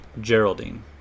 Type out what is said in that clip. Geraldine